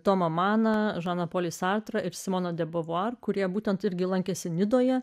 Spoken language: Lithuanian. tomą maną žaną polį sartrą ir simoną de buvuar kurie būtent irgi lankėsi nidoje